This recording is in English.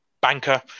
banker